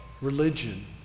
religion